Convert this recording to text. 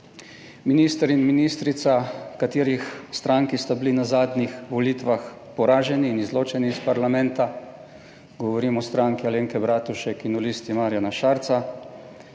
minister in ministrica katerih stranki sta bili na zadnjih volitvah poraženi in izločeni iz parlamenta, govorim o Stranki Alenke Bratušek in o Listi Marjana Šarca,